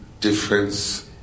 difference